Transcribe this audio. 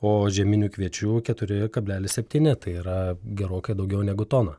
o žieminių kviečių keturi kablelis septyni tai yra gerokai daugiau negu tona